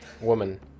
woman